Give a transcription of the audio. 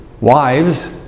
wives